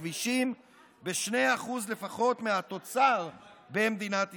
בכבישים ב-2% לפחות מהתוצר במדינת ישראל.